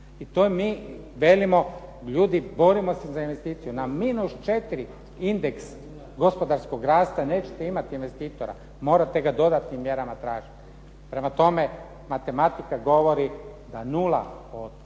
I to mi velimo, ljudi borimo se za investiciju. Na minus četiri indeks gospodarskog rasta nećete imati investitora, morate ga dodatnim mjerama tražiti. Prema tome, matematika govori zapravo 100%